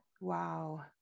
Wow